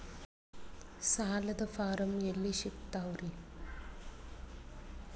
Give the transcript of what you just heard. ಸಾಲದ ಫಾರಂ ಎಲ್ಲಿ ಸಿಕ್ತಾವ್ರಿ?